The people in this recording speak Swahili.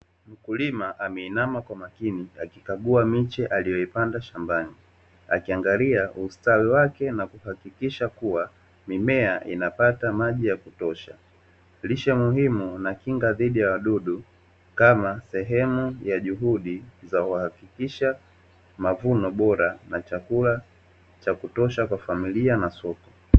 Mkulima ameinama kwa makini akikagua miche aliyoipanda shambani akiangalia ustawi wake nakihakikisha mimea inapata maji ya kutosha, lishe muhimu na kinga dhidi ya wadudu kama sehemu ya juhudi za kuhakikisha mavuno bora na chakula cha kutosha kwa familia na soko.